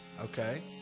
Okay